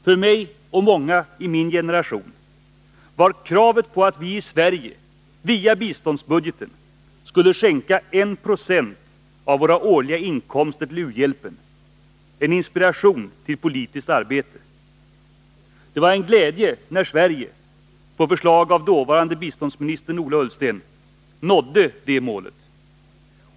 För mig och många i min generation var kravet på att vi i Sverige via biståndsbudgeten skulle skänka 1 96 av våra årliga inkomster till u-hjälp en inspiration till politiskt arbete. Det var en glädje när Sverige — på förslag av dåvarande biståndsministern Ola Ullsten — nådde det målet.